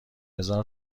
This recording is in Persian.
هزار